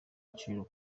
agaciro